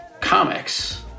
comics